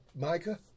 Micah